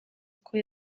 uko